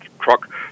truck